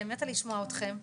מתה לשמוע אותכם,